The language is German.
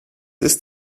ist